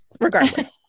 regardless